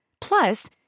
Plus